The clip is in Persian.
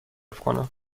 کنم